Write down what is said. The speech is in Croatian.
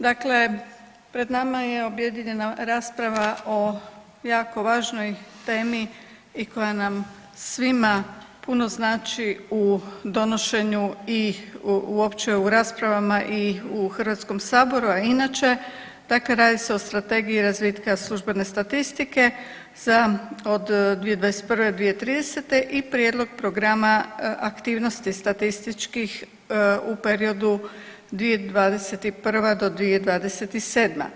Dakle, pred nama je objedinjena rasprava o jako važnoj temi i koja nam svima puno znači u donošenju i uopće u raspravama i u HS, a i inače, dakle radi se o Strategiji razvitka službene statistike za, od 2021. do 2030. i prijedlog programa aktivnosti statističkih u periodu 2021. do 2027.